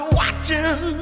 watching